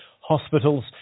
hospitals